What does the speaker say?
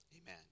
Amen